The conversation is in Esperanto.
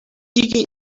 igi